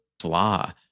blah